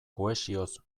kohesioz